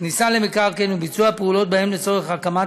כניסה למקרקעין וביצוע פעולות בהם לצורך הקמה,